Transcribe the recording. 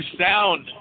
sound